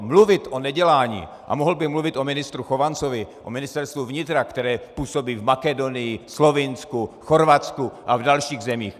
Mluvit o nedělání, a mohl bych mluvit o ministru Chovancovi, o Ministerstvu vnitra, které působí v Makedonii, Slovinsku, Chorvatsku a v dalších zemích.